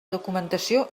documentació